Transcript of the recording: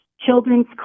children's